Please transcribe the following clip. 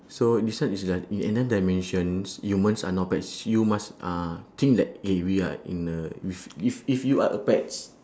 so this one is like in another dimensions humans are now pets you must uh think like eh we are in a if if if you are a pets